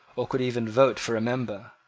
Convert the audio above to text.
or could even vote for a member,